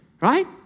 right